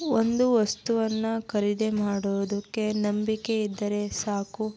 ಒಂದು ವಸ್ತುವನ್ನು ಖರೀದಿ ಮಾಡುವುದಕ್ಕೆ ನಂಬಿಕೆ ಇದ್ದರೆ ಸಾಕು